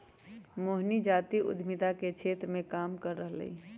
मोहिनी जाति उधमिता के क्षेत्र मे काम कर रहलई ह